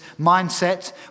mindset